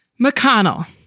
McConnell